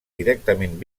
directament